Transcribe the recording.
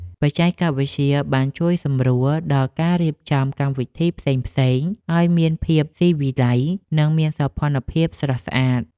បច្ចេកវិទ្យាបានជួយសម្រួលដល់ការរៀបចំកម្មវិធីផ្សេងៗឱ្យមានភាពស៊ីវិល័យ និងមានសោភ័ណភាពស្រស់ស្អាត។